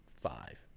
five